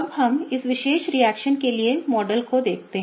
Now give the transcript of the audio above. अब हम इस विशेष रिएक्शन के लिए मॉडल को देखते हैं